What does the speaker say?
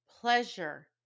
pleasure